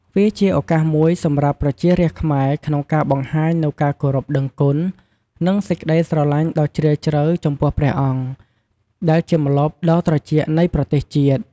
វាជាឱកាសមួយសម្រាប់ប្រជារាស្ត្រខ្មែរក្នុងការបង្ហាញនូវការគោរពដឹងគុណ និងសេចក្តីស្រឡាញ់ដ៏ជ្រាលជ្រៅចំពោះព្រះអង្គ ដែលជាម្លប់ដ៏ត្រជាក់នៃប្រទេសជាតិ។